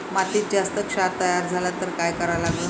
मातीत जास्त क्षार तयार झाला तर काय करा लागन?